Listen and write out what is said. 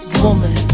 woman